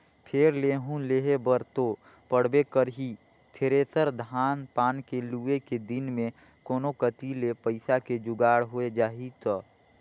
फेर लेहूं लेहे बर तो पड़बे करही थेरेसर, धान पान के लुए के दिन मे कोनो कति ले पइसा के जुगाड़ होए जाही त